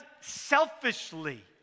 selfishly